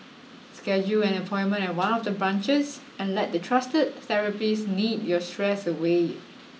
schedule an appointment at one of the branches and let the trusted therapists knead your stress away